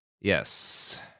Yes